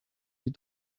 die